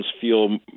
feel